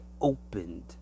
opened